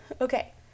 Okay